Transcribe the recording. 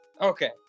Okay